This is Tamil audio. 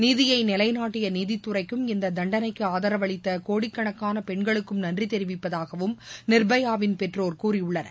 நீதியை நிலைநாட்டிய நீதித்துறைக்கும் இந்த தண்டனைக்கு ஆதரவளித்த கோடிக்காணக்கான பெண்களுக்கும் நன்றி தெரிவிப்பதாகவும் நிர்பயாவின் பெற்றோர் கூறியுள்ளனர்